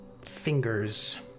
fingers